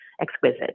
exquisite